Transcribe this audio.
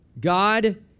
God